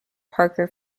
parker